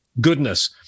goodness